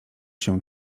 się